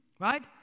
right